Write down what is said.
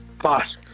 Pass